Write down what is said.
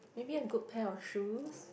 maybe a good pair of shoes